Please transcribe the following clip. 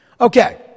Okay